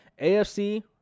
AFC